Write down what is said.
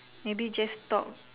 maybe just talk